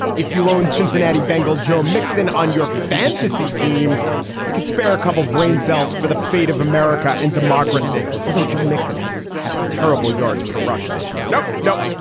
if you own cincinnati bengals joe mixon on your fantasy team you could spare a couple brain cells for the fate of america and democracy. although joe mixon has had a terrible yards per rush this year. no. no.